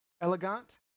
Elegant